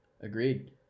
Agreed